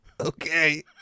Okay